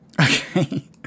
Okay